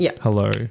Hello